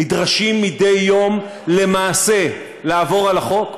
נדרשים מדי יום למעשה לעבור על החוק,